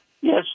yes